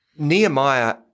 Nehemiah